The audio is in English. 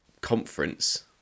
conference